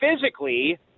physically